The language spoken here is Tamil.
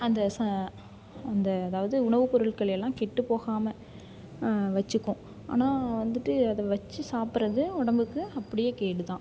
அந்த அந்த அதாவது உணவு பொருட்கள் எல்லாம் கெட்டுப்போகாமல் வைச்சுக்கும் ஆனால் வந்துட்டு அதை வைச்சி சாப்பிட்றது உடம்புக்கு அப்படியே கேடுதான்